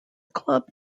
club